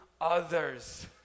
others